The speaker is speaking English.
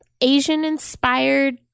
Asian-inspired